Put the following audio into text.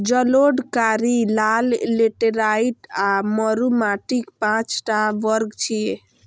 जलोढ़, कारी, लाल, लेटेराइट आ मरु माटिक पांच टा वर्ग छियै